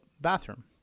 bathroom